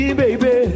baby